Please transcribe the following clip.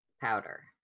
Powder